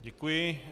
Děkuji.